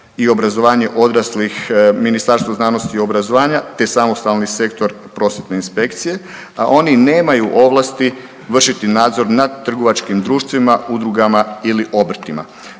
i obrazovanje odraslih, Ministarstvo znanosti i obrazovanja te samostalni sektor prosvjetne inspekcije, a oni nemaju ovlasti vršiti nadzor nad trgovačkim društvima, udrugama ili obrtima.